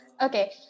Okay